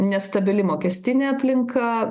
nestabili mokestinė aplinka